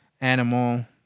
animal